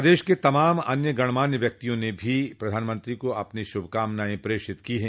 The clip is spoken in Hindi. प्रदेश के तमाम अन्य गणमान्य व्यक्तियों ने भी प्रधानमंत्री को अपनी श्रभकामनाएं प्रेषित की है